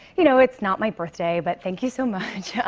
you know, it's not my birthday but thank you so much.